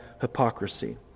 hypocrisy